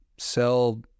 Sell